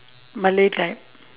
malay type